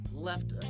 Left